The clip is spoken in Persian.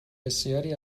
بسیاری